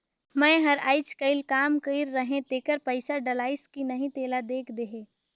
मै हर अईचकायल काम कइर रहें तेकर पइसा डलाईस कि नहीं तेला देख देहे?